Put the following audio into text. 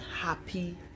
happy